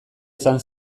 izan